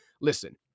listen